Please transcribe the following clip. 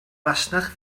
fasnach